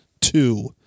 two